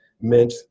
meant